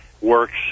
works